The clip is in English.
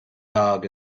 dog